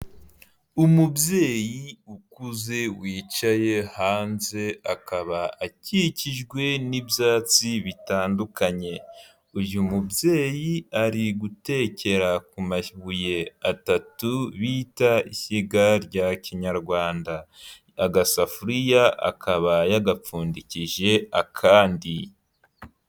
Umubyeyi ukuze wicaye hanze akaba akikijwe n'ibyatsi bitandukanye, uyu mubyeyi ari gutekera ku mabuye atatu bita ishyiga rya kinyarwanda, agasafuriya akaba yagapfundikije akandi.